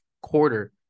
quarter